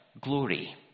glory